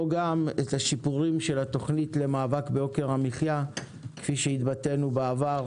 גם את השיפורים של התוכנית למאבק ביוקר המחיה כפי שהתבטאנו בעבר,